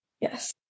Yes